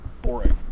Boring